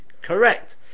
correct